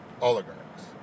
oligarchs